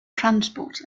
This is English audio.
transports